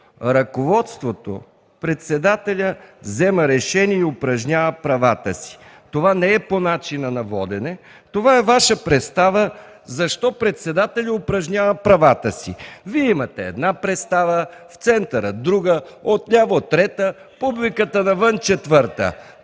ръководството или председателят взема решения и упражнява правата си. Това не е по начина на водене. Това е Вашата представа защо председателят упражнява правата си. Вие имате една представа, центърът – друга, отляво – трета, публиката навън – четвърта.